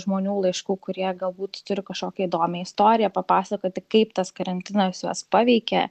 žmonių laiškų kurie galbūt turi kažkokią įdomią istoriją papasakoti kaip tas karantinas juos paveikė